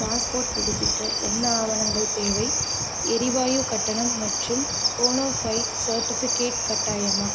passport புதுப்பிக்க என்ன ஆவணங்கள் தேவை எரிவாயுக் கட்டணம் மற்றும் போனோஃபைட் சர்டிஃபிக்கேட் கட்டாயமா